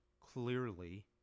Clearly